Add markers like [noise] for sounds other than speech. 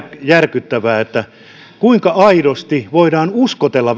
järkyttävää että kuinka vielä sitten aidosti voidaan uskotella [unintelligible]